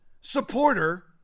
supporter